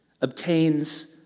obtains